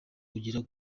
kugera